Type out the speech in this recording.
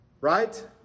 right